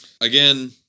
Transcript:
Again